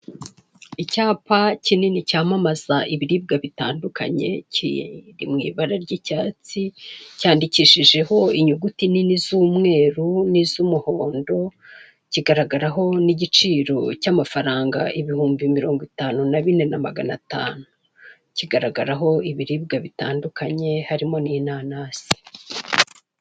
Icyapa kinini cyamamaza ibiribwa bitandukanye, kiri mu ibara ry'icyatsi cyandikishijeho inyuguti nini z'umweru n'iz'umuhondo, kigaragaraho n'igiciro cy'amafaranga ibihumbi mirongo itanu na bine na magana atanu, kigaragaraho ibiribwa bitandukanye harimo n'inanasi.